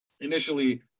initially